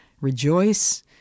Rejoice